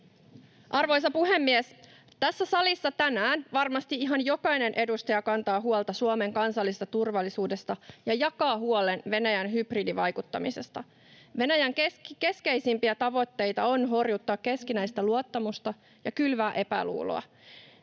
Arvoisa puhemies! Tässä salissa tänään varmasti ihan jokainen edustaja kantaa huolta Suomen kansallisesta turvallisuudesta ja jakaa huolen Venäjän hybridivaikuttamisesta. Venäjän keskeisimpiä tavoitteita on horjuttaa keskinäistä luottamusta ja kylvää epäluuloa.